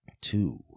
two